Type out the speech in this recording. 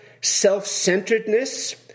self-centeredness